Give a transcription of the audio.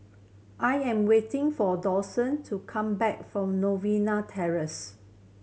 I am waiting for Douglas to come back from Novena Terrace